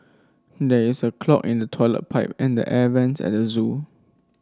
there is a clog in the toilet pipe and the air vents at the zoo